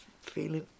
feeling